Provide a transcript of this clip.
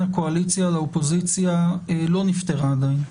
הקואליציה לאופוזיציה לא נפתרה עדיין.